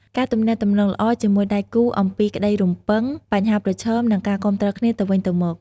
ការទំនាក់ទំនងល្អ ជាមួយដៃគូអំពីក្តីរំពឹង បញ្ហាប្រឈម និងការគាំទ្រគ្នាទៅវិញទៅមក។